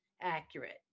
accurate